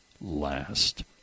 last